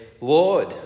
lord